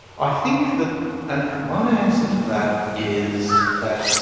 i think that and one answer to that is that